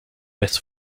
best